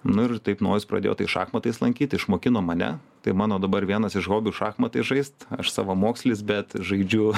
nu ir taip nojus pradėjo tai šachmatais lankyti išmokino mane tai mano dabar vienas iš hobių šachmatais žaist aš savamokslis bet žaidžiu